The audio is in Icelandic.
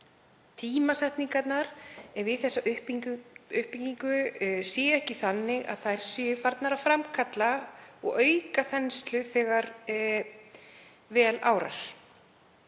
tímasetningarnar við þessa uppbyggingu séu ekki þannig að þær séu farnar að framkalla og auka þenslu þegar vel árar.